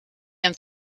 and